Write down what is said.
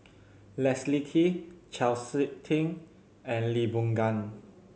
Leslie Kee Chau Sik Ting and Lee Boon Ngan